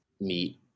meet